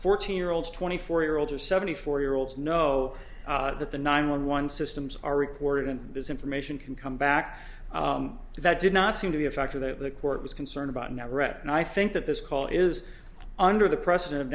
fourteen year olds twenty four year olds or seventy four year olds know that the nine one one systems are recorded and this information can come back to that did not seem to be a factor that the court was concerned about not read and i think that this call is under the precedent of